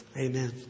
Amen